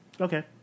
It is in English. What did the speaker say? Okay